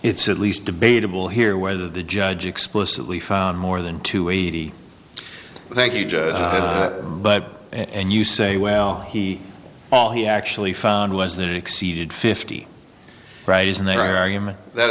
it's at least debatable here whether the judge explicitly found more than two weighty thank you but and you say well he all he actually found was that it exceeded fifty writers in their argument that